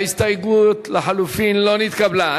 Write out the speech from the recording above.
ההסתייגות לחלופין לא נתקבלה.